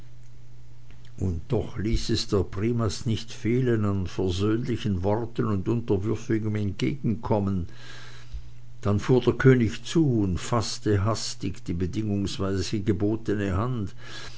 und doch ließ es der primas nicht fehlen an versöhnlichen worten und unterwürfigem entgegenkommen dann fuhr der könig zu und faßte hastig die bedingungsweise gebotene hand